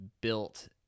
built